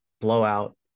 blowout